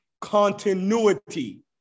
continuity